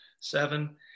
seven